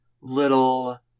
little